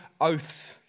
oaths